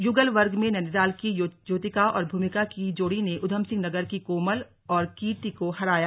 युगल वर्ग में नैनीताल की ज्योतिका और भूमिका की जोड़ी ने उधमसिंह नगर की कोमल और कीर्ति को हराया